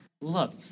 Look